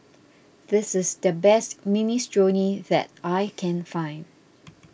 this is the best Minestrone that I can find